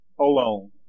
alone